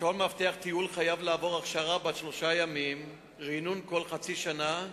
טיול חייב לעבור הכשרה בת שלושה ימים ורענון כל חצי שנה,